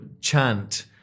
chant